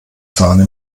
sahne